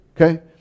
okay